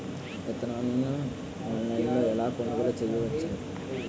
విత్తనాలను ఆన్లైన్లో ఎలా కొనుగోలు చేయవచ్చున?